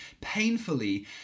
painfully